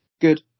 Good